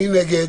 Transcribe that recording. מי נגד?